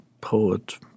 poet